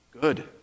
Good